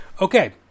Okay